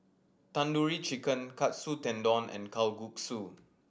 Tandoori Chicken Katsu Tendon and Kalguksu